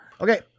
Okay